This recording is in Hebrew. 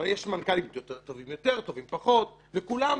יש מנכ"לים טובים יותר, טובים פחות, וכולם